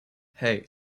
hey